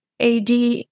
ad